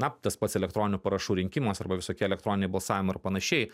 na tas pats elektroninių parašų rinkimas arba visokie elektroniniai balsavimai ir panašiai